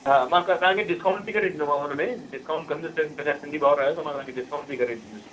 हा मां क त तव्हांखे डिस्काउंट बि करे ॾींदोमाव हुनमें डिस्काउंट कंदुसि तॾहिं सिंधी भावर आहियो त मां तव्हांखे डिस्काउंट बि कंदे ॾींदुसि